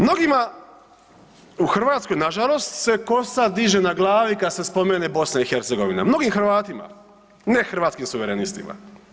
Mnogima u Hrvatskoj nažalost se kosa diže na glavi kada se spomene BiH, mnogim Hrvatima, ne Hrvatskim suverenistima.